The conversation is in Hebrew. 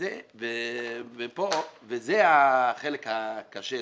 זה החלק הקשה.